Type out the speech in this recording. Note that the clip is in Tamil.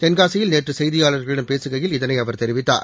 தென்காசியில் நேற்று செய்தியாளர்களிடம் பேசுகையில் இதனை அவர் தெரிவித்தார்